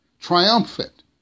triumphant